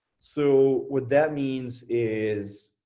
so what that means is,